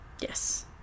yes